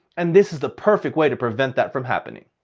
and this is the perfect way to prevent that from happening.